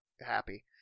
happy